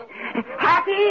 Happy